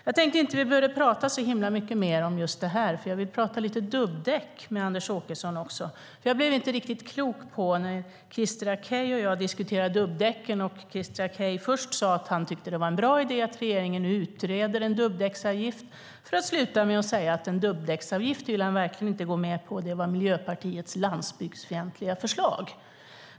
Jag tänkte att vi inte behövde prata så himla mycket mer om just det här, för jag vill prata lite dubbdäck med Anders Åkesson också. Jag blev inte riktigt klok på vad som gällde när Christer Akej och jag diskuterade dubbdäcken. Först sade Christer Akej att han tyckte att det var en bra idé att regeringen nu utreder en dubbdäcksavgift. Sedan slutade han med att säga att en dubbdäcksavgift ville han verkligen inte gå med på. Det var Miljöpartiets landsbygdsfientliga förslag.